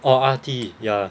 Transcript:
orh R_T ya